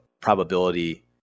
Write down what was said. probability